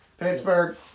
Pittsburgh